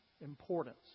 importance